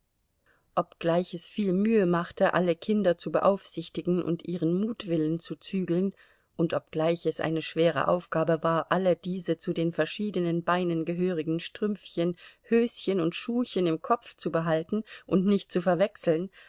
obgleich es viel mühe machte alle kinder zu beaufsichtigen und ihren mutwillen zu zügeln und obgleich es eine schwere aufgabe war alle diese zu den verschiedenen beinen gehörigen strümpfchen höschen und schuhchen im kopf zu behalten und nicht zu verwechseln